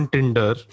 Tinder